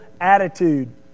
attitude